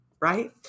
right